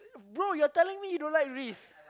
bro your telling me you don't like reese